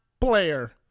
player